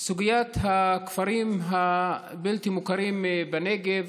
סוגיית הכפרים הבלתי-מוכרים בנגב,